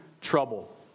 trouble